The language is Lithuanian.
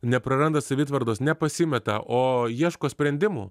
nepraranda savitvardos nepasimeta o ieško sprendimų